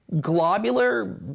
globular